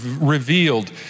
revealed